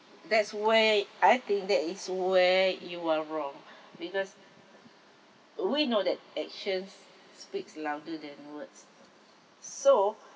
that's where I think that is where you are wrong because we know that action speaks louder than words so